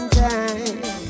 time